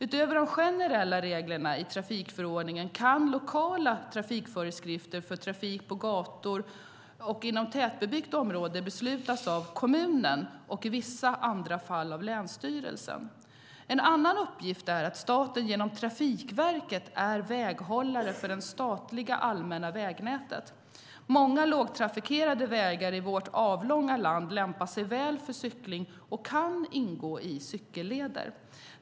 Utöver de generella reglerna i trafikförordningen kan lokala trafikföreskrifter för trafik på gator och inom tätbebyggt område beslutas av kommunen och i vissa andra fall av länsstyrelsen. En annan uppgift är att staten genom Trafikverket är väghållare för det statliga allmänna vägnätet. Många lågtrafikerade vägar i vårt avlånga land lämpar sig väl för cykling och kan ingå i cykelleder.